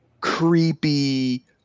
creepy